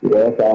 Yes